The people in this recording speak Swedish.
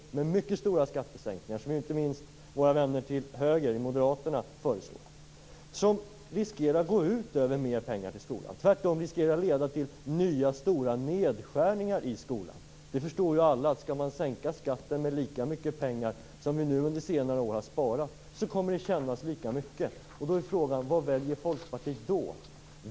Det gäller de mycket stora skattesänkningar som inte minst våra vänner till höger i Moderaterna föreslår. De riskerar att gå ut över mer pengar till skolan. De kan tvärtom leda till nya stora nedskärningar i skolan. Skall man sänka skatten med lika mycket pengar som vi nu under senare år har sparat förstår ju alla att det kommer att kännas lika mycket. Då är frågan: Vad väljer Folkpartiet?